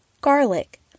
Garlic